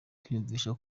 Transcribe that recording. kwiyumvisha